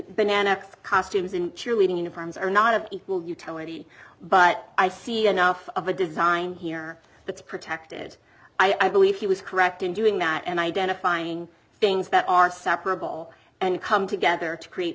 banana costumes and cheerleading uniforms are not of equal utility but i see enough of a design here that's protected i believe he was correct in doing that and identifying things that are separable and come together to create